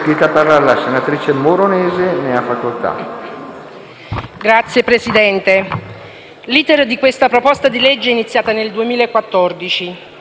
Signor Presidente, l'*iter* di questa proposta di legge è iniziato nel 2014